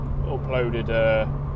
uploaded